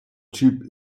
typ